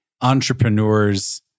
entrepreneurs